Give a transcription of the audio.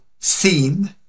theme